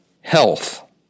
health